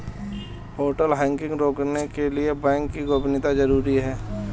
portal hacking रोकने के लिए बैंक की गोपनीयता जरूरी हैं